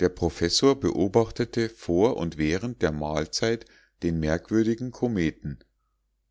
der professor beobachtete vor und während der mahlzeit den merkwürdigen kometen